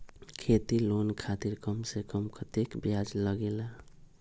खेती लोन खातीर कम से कम कतेक ब्याज लगेला?